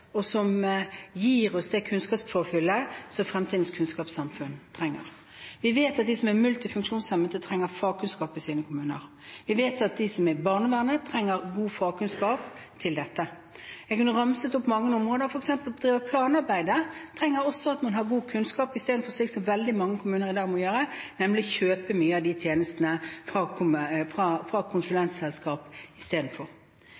og som gir det kunnskapspåfyllet som fremtidens kunnskapssamfunn trenger. Vi vet at de som jobber med multifunksjonshemmede, trenger fagkunnskap i sine kommuner. Vi vet at de som er i barnevernet, trenger god fagkunnskap. Jeg kunne ramset opp mange områder. For eksempel krever planarbeidet også at man har god kunnskap, istedenfor, slik som veldig mange kommuner i dag må gjøre, å kjøpe mye av tjenestene fra